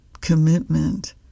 commitment